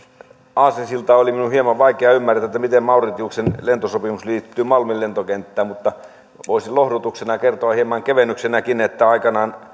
aasinsiltaa oli minun hieman vaikea ymmärtää miten mauritiuksen lentosopimus liittyy malmin lentokenttään mutta voisin lohdutuksena kertona hieman kevennyksenäkin että aikanaan